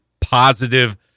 positive